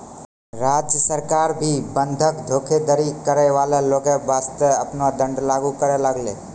राज्य सरकार भी बंधक धोखाधड़ी करै बाला लोगो बासतें आपनो दंड लागू करै लागलै